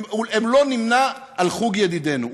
הוא לא נמנה עם חוג ידידינו,